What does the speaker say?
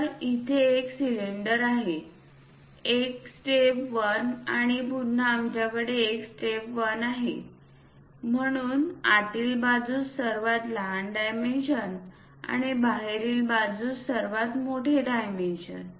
तर इथे एक सिलेंडर आहे एक स्टेप 1 आणि पुन्हा आमच्याकडे एक स्टेप 1 आहे म्हणून आतील बाजूस सर्वात लहान डायमेन्शन आणि बाहेरील बाजूस सर्वात मोठे डायमेन्शन